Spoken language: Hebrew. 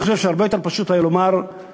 אבל אני חושב שהרבה יותר פשוט היה לומר שכשיש